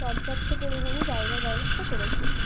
পর্যাপ্ত পরিমাণে জায়গার ব্যবস্থা করেছি